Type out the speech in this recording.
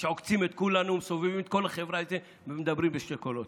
שעוקצים את כולנו ומסובבים את כל החברה ומדברים בשני קולות.